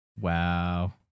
Wow